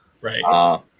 right